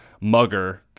mugger